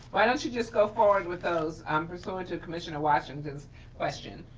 why don't you just go forward with those, um pursuant to commissioner' washington's question,